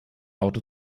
auto